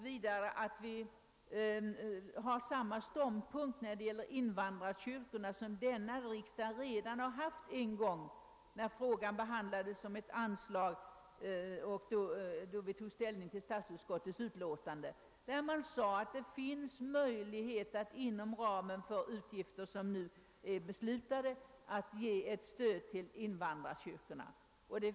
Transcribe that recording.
Vi bör inta samma ståndpunkt beträffande invandrarkyrkorna som denna riksdag redan en gång har intagit, när frågan om anslag behandlades — vi tog då ställning till ett utlåtande från statsutskottet. Riksdagen sade vid detta tillfälle att det finns möjlighet att inom ramen för utgifter som är beslutade ge stöd till invandrarkyrkorna.